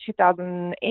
2008